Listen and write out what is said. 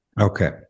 Okay